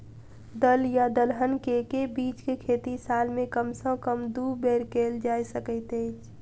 दल या दलहन केँ के बीज केँ खेती साल मे कम सँ कम दु बेर कैल जाय सकैत अछि?